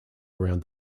around